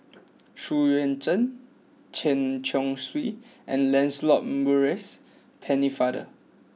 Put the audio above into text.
Xu Yuan Zhen Chen Chong Swee and Lancelot Maurice Pennefather